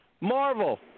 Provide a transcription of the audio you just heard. Marvel